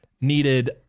needed